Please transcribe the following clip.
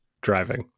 driving